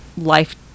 life